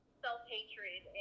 self-hatred